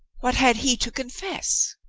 what had he to confess?